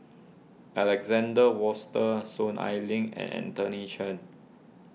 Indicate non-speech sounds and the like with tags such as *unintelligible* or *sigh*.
Alexander *unintelligible* Soon Ai Ling and Anthony Chen